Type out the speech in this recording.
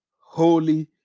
holy